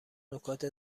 نکات